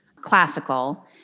classical